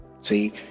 See